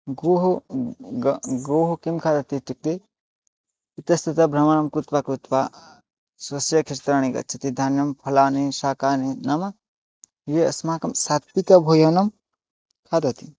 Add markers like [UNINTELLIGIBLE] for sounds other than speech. गोः [UNINTELLIGIBLE] गोः किं खादति इत्युक्ते इतस्ततः भ्रमणं कृत्वा कृत्वा स्वस्य क्षेत्राणि गच्छति धान्यं फलानि शाकानि नाम ये अस्माकं सात्विकभोजनं खादति